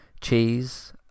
cheese